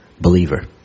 believer